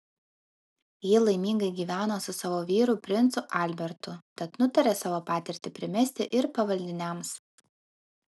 ji laimingai gyveno su savo vyru princu albertu tad nutarė savo patirtį primesti ir pavaldiniams